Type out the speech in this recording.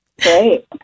Great